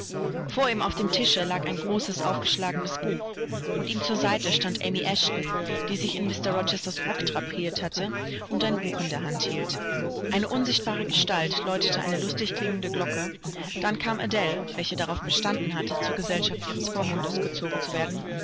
vor ihm auf dem tische lag ein großes aufgeschlagenes buch und ihm zur seite stand amy eshton die sich in mr rochesters rock drapiert hatte und ein buch in der hand hielt eine unsichtbare gestalt läutete eine lustig klingende glocke dann kam adele welche darauf bestanden hatte zur gesellschaft ihres vormundes gezogen zu werden